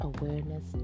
Awareness